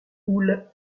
houle